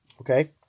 Okay